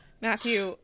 Matthew